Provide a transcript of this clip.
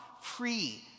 free